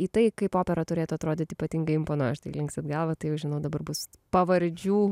į tai kaip opera turėtų atrodyt ypatingai imponuoja linksit galvą tai jau žinau dabar bus pavardžių